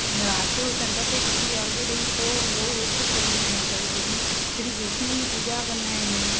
राति जो चंड खे ॾिसी अर्घु ॾेई पोइ उहो विर्तु छोड़ींदा आहिनि सॼो ॾींहुं श्री कृष्ण जी पूॼा कंदा आहिनि